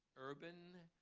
urban,